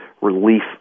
relief